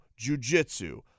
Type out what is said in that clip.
jujitsu